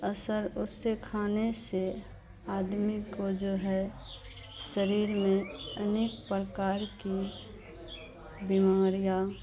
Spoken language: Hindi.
असर उससे खाने से आदमी को जो है शरीर में अनेक प्रकार की बीमारियाँ